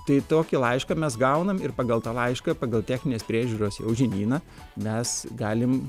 tai tokį laišką mes gaunam ir pagal tą laišką pagal techninės priežiūros jau žinyną mes galim